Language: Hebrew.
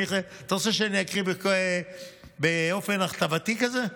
אתה רוצה שאני אקריא באופן הכתבתי כזה?